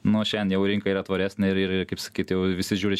nu šiandien jau rinka yra tvaresnė ir ir kaip sakyt jau visi žiūri